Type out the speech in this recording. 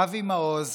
אבי מעוז